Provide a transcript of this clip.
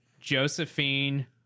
josephine